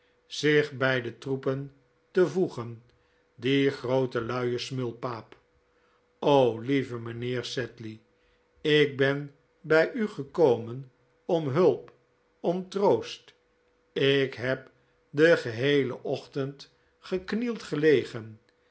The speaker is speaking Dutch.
zich bij de troepen te voegen die groote luie smulpaap o lieve mijnheer sedley ik ben bij u gekomen om hulp om troost ik heb den geheelen ochtend geknield gelegen